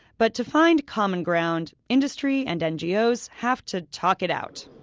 but to find common ground, industry and ngos have to talk it out.